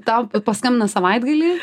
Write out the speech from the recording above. tau paskambina savaitgalį